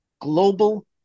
global